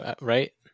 right